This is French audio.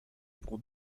pour